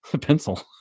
Pencil